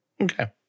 Okay